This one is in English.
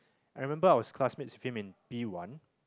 I remember I was classmate with him in P one